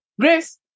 Grace